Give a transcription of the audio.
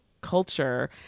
culture